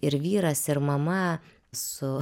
ir vyras ir mama su